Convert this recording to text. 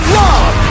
love